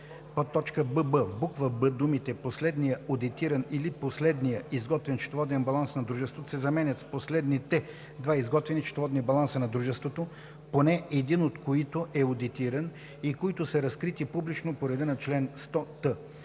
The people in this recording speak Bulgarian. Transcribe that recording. д) в т. 7 думите „последния одитиран или последния изготвен счетоводен баланс на публичното дружество“ се заменят с „последните два изготвени счетоводни баланса на дружеството, поне един от които е одитиран, и които са разкрити публично по реда на чл. 100т“.